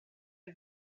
dal